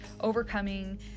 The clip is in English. overcoming